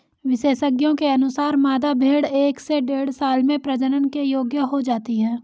विशेषज्ञों के अनुसार, मादा भेंड़ एक से डेढ़ साल में प्रजनन के योग्य हो जाती है